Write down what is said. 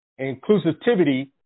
inclusivity